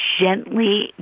gently